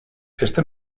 este